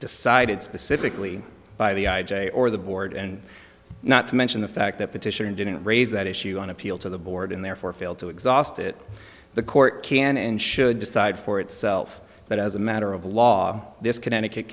decided specifically by the i j a or the board and not to mention the fact that petition didn't raise that issue on appeal to the board and therefore failed to exhaust it the court can and should decide for itself that as a matter of law this connecticut